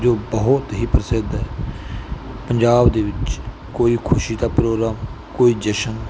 ਜੋ ਬਹੁਤ ਹੀ ਪ੍ਰਸਿੱਧ ਹੈ ਪੰਜਾਬ ਦੇ ਵਿੱਚ ਕੋਈ ਖੁਸ਼ੀ ਦਾ ਪ੍ਰੋਗਰਾਮ ਕੋਈ ਜਸ਼ਨ